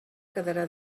quedarà